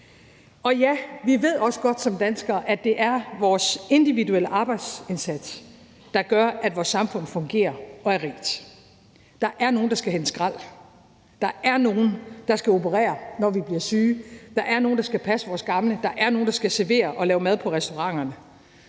Og ja, vi ved også godt som danskere, at det er vores individuelle arbejdsindsats, der gør, at vores samfund fungerer og er rigt. Der er nogle, der skal hente skrald; der er nogle, der skal operere, når vi bliver syge; der er nogle, der skal passe vores gamle; og der er nogle, der skal servere og lave mad på restauranterne.